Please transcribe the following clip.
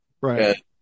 Right